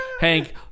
Hank